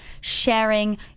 sharing